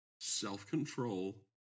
self-control